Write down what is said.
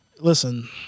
listen